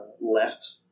left